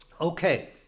Okay